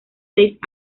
seis